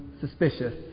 suspicious